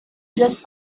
just